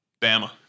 Bama